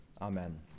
amen